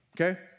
Okay